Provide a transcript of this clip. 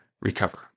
recover